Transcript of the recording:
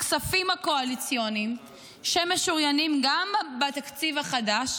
הכספים הקואליציוניים שמשוריינים גם בתקציב החדש